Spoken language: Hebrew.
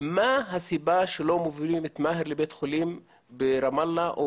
מה הסיבה שלא מובילים את מאהר לבית חולים ברמאללה או